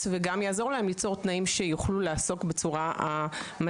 וגם יעזור להם ליצור תנאים שיוכלו לעסוק בצורה המתאימה.